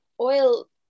oil